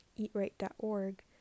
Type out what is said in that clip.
eatright.org